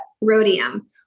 rhodium